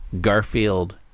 garfield